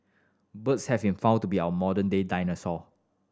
birds have been found to be our modern day dinosaur